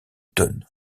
tonne